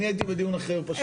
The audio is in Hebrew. אני הייתי בדיון אחר פשוט.